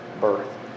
birth